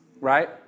Right